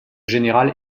général